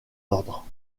ordre